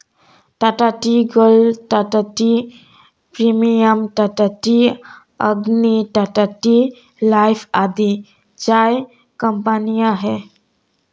Tata tea gold, Tata tea premium, Tata tea Agni, Tata tea life आदि चाय कंपनियां है